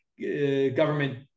government